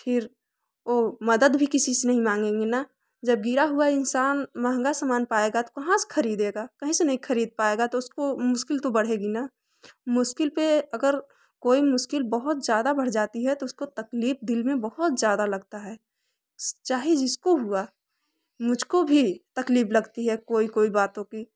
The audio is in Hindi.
फिर वो मदद भी किसी से नहीं मांगेंगे ना जब गिरा हुआ इंसान महँगा समान पाएगा तो कहाँ से खरीदेगा कहीं से नहीं खरीद पाएगा तो उसको मुश्किल तो बढ़ेगी ना मुश्किल पे अगर कोई मुश्किल बहुत ज़्यादा बढ़ जाती है तो उसको तकलीफ दिल में बहुत ज़्यादा लगता है चाहे जिसको हुआ मुझको भी तकलीफ लगती है कोई कोई बातों कि